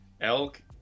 elk